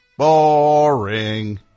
BORING